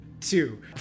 Two